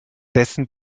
dessen